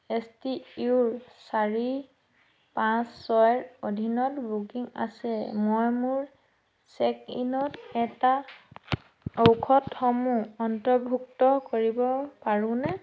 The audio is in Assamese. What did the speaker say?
এছ টি ইউ ৰ চাৰি পাঁচ ছয়ৰ অধীনত বুকিং আছে মই মোৰ চেক ইনত এটা ঔষধসমূহ অন্তৰ্ভুক্ত কৰিব পাৰোঁনে